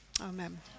Amen